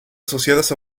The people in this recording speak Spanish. asociadas